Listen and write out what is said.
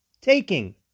taking